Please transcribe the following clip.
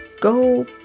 Go